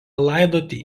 laidoti